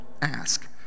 ask